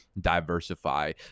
diversify